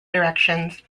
directions